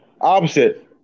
Opposite